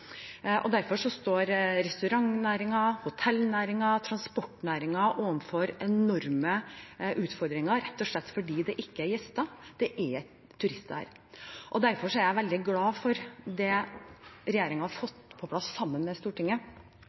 Derfor står restaurantnæringen, hotellnæringen og transportnæringen overfor enorme utfordringer, rett og slett fordi det ikke er gjester – ingen turister. Derfor er jeg veldig glad for det regjeringen har fått på plass sammen med Stortinget